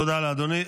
תודה לאדוני.